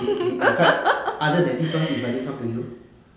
be~ be~ besides other than this one got anybody come to you